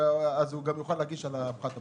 הוא יוכל להגיש גם על פחת מואץ?